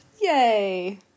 yay